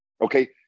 okay